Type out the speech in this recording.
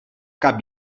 cap